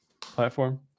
platform